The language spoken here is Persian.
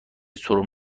سرم